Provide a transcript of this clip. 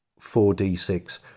4d6